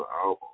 album